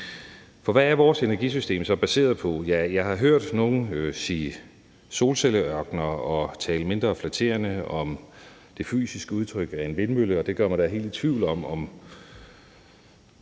For hvad er vores energisystem så baseret på? Jeg har hørt nogle sige solcelleørkener og tale mindre flatterende om det fysiske udtryk af en vindmølle, og det gør mig da helt i tvivl om,